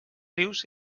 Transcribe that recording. rius